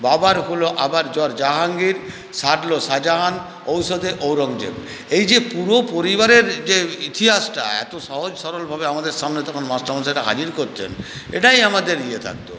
বাবার হল আবার জ্বর জাহাঙ্গীর সারল শাহজাহান ঔষধে ঔরঙ্গজেব এই যে পুরো পরিবারের যে ইতিহাসটা এত সহজ সরলভাবে আমাদের সামনে তখন মাস্টারমশাইরা হাজির করতেন এটাই আমাদের ইয়ে থাকতো